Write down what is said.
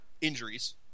injuries